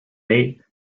nat